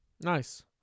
nice